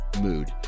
mood